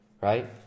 Right